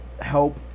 help